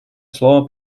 слово